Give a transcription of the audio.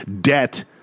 debt